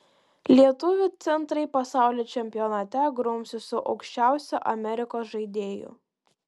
lietuvių centrai pasaulio čempionate grumsis su aukščiausiu amerikos žaidėju